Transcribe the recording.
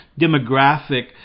demographic